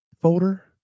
folder